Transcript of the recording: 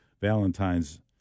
Valentine's